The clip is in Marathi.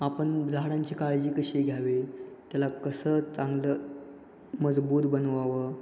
आपण झाडांची काळजी कशी घ्यावे त्याला कसं चांगलं मजबूत बनवावं